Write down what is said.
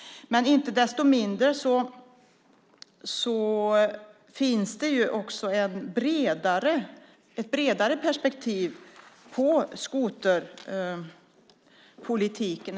Inte desto mindre finns ett bredare perspektiv på skoterpolitiken.